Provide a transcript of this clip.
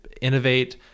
innovate